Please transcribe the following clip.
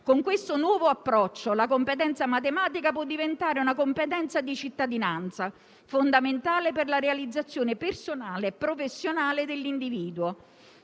Con questo nuovo approccio la competenza matematica può diventare una competenza di cittadinanza, fondamentale per la realizzazione personale e professionale dell'individuo.